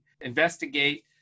Investigate